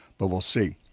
but we'll see.